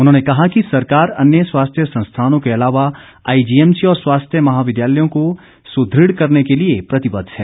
उन्होंने कहा कि सरकार अन्य स्वास्थ्य संस्थानों के अलावा आईजीएमसी और स्वास्थ्य महाविद्यालयों को सुदृढ़ करने के लिए प्रतिबद्ध है